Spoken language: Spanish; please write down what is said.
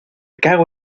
cago